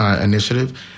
initiative